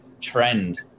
trend